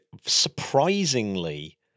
surprisingly